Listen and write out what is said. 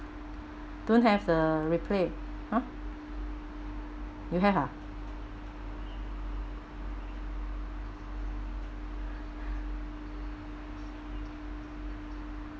don't have the replay !huh! you have ah